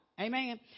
Amen